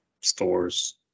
stores